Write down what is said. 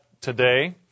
today